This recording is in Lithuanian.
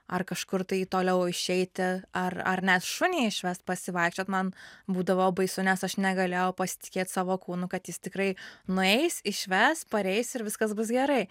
ar kažkur tai toliau išeiti ar ar net šunį išvest pasivaikščiot man būdavo baisu nes aš negalėjau pasitikėt savo kūnu kad jis tikrai nueis išves pareis ir viskas bus gerai